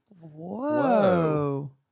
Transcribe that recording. Whoa